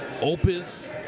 opus